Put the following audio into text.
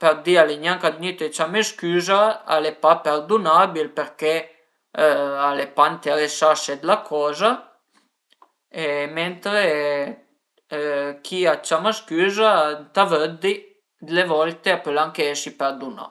për di al e gnanca vënüite ciamé scüza, al e pa perdunabil perché al e pa ënteresase d'la coza, mentre chi a ciama scüza ëntà vëddi, d'le volte a pöl anche esi perdunà